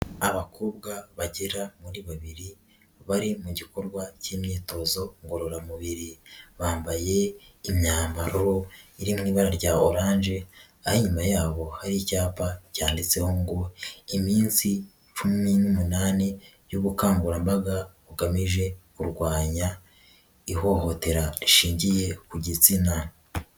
Abakobwa bagera muri babiri bari mu gikorwa cy'imyitozo ngororamubiri, bambaye imyambaro iri mu ibara rya orange, aho inyuma yabo hari icyapa cyanditseho ngo iminsi cumi n'umunani y'ubukangurambaga bugamije kurwanya ihohotera rishingiye ku gitsina.